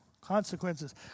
consequences